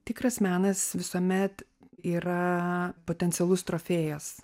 tikras menas visuomet yra potencialus trofėjas